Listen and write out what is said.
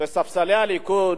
בספסלי הליכוד,